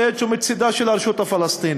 IHH, ומצדה של הרשות הפלסטינית".